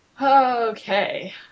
Okay